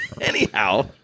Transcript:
Anyhow